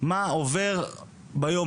מה הוא עובר ביום-יום,